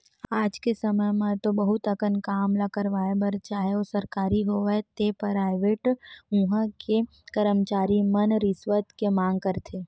आज के समे म तो बहुत अकन काम ल करवाय बर चाहे ओ सरकारी होवय ते पराइवेट उहां के करमचारी मन रिस्वत के मांग करथे